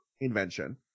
invention